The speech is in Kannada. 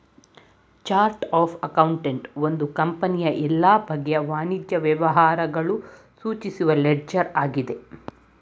ಚರ್ಟ್ ಅಫ್ ಅಕೌಂಟ್ ಒಂದು ಕಂಪನಿಯ ಎಲ್ಲ ಬಗೆಯ ವಾಣಿಜ್ಯ ವ್ಯವಹಾರಗಳು ಸೂಚಿಸುವ ಲೆಡ್ಜರ್ ಆಗಿದೆ